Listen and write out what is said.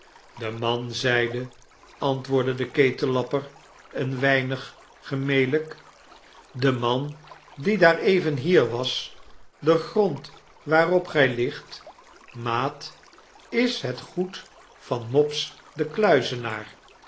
de man zeide antwoordde de ketellapper een weinig gemelyk de man die daar even hier was de grond waarop gy ligt maat is het goed van mopes den kluizenaar